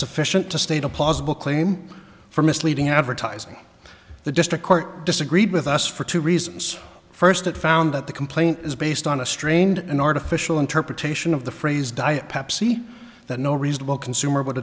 sufficient to state a plausible claim for misleading advertising the district court disagreed with us for two reasons first it found that the complaint is based on a strained an artificial interpretation of the phrase diet pepsi that no reasonable consumer would